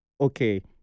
okay